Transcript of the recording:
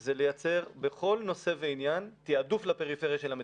היא לייצר בכל נושא ועניין תיעדוף לפריפריה של המדינה.